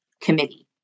committee